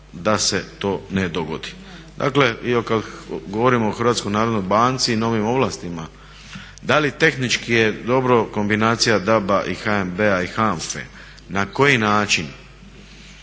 da li tehnički je dobra kombinacija DAB-a, i HNB-a i HANFA-e na koji način,